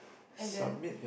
and then